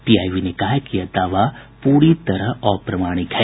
PIB ने कहा है कि यह दावा पूरी तहर अप्रमाणिक है